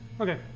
Okay